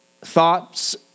thoughts